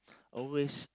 always